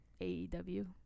AEW